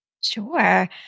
Sure